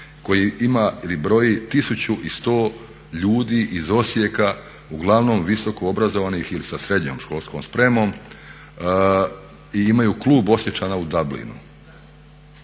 kojih ima ili broj 1100 ljudi iz Osijeka, uglavnom visoko obrazovanih ili sa srednjom školskom spremom i imaju klub Osječana u Dublinu.